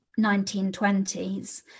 1920s